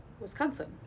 Wisconsin